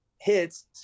hits